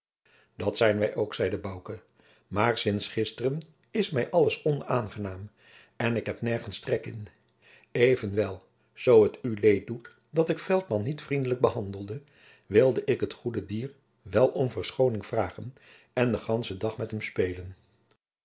dat zijn wij ook zeide bouke maar sints gisteren is mij alles onaangenaam en ik heb nergens trek in evenwel zoo het u leed doet dat ik veltman niet vriendelijk behandelde wil ik het goede dier wel om verschoning vragen en den gandschen dag met hem spelen